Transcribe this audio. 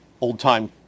old-time